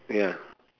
ya